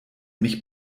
mich